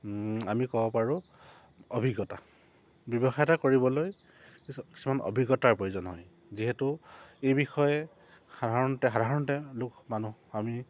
আমি ক'ব পাৰোঁ অভিজ্ঞতা ব্যৱসায় এটা কৰিবলৈ কিছু কিছুমান অভিজ্ঞতাৰ প্ৰয়োজন হয় যিহেতু এই বিষয়ে সাধাৰণতে সাধাৰণতে লোক মানুহ আমি